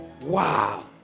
Wow